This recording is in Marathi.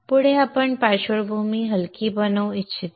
पुढे आपण पार्श्वभूमी हलकी बनवू इच्छितो